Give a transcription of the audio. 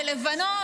בלבנון.